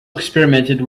experimented